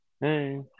Hey